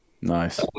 Nice